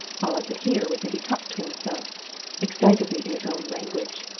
all i could hear was that he talked to himself excitedly in his own language.